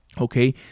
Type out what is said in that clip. okay